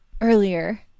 earlier